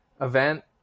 event